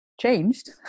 changed